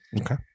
Okay